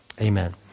amen